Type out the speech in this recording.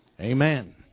Amen